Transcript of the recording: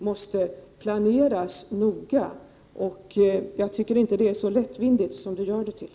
Jag tycker inte att det är så lättvindigt som Marianne Samuelsson vill göra det till.